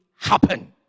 happen